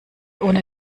ohne